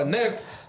next